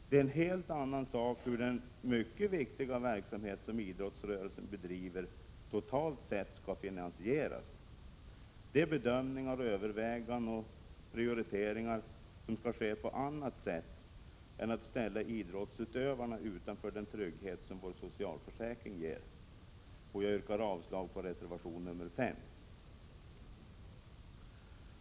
Det är en helt annan sak hur den mycket viktiga verksamhet som idrottsrörelsen bedriver totalt sett skall finansieras. Det är bedömningar, överväganden och prioriteringar som skall ske på annat sätt än att man ställer idrottsutövarna utanför den trygghet som vår socialförsäkring ger. Jag yrkar avslag på reservation nr 5.